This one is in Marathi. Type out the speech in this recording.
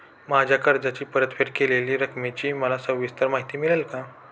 माझ्या कर्जाची परतफेड केलेल्या रकमेची मला सविस्तर माहिती मिळेल का?